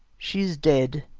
she is dead,